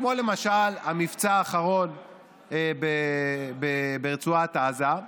כמו המבצע האחרון ברצועת עזה,